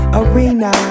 arena